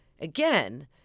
again